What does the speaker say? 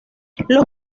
los